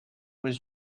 was